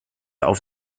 auf